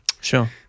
Sure